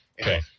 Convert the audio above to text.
Okay